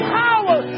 power